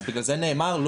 אז בגלל זה נאמר,